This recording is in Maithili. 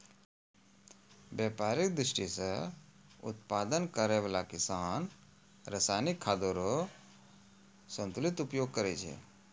व्यापारिक दृष्टि सें उत्पादन करै वाला किसान रासायनिक खादो केरो संतुलित उपयोग करै छै